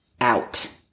out